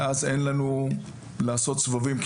ואז אין לנו לעשות סבבים,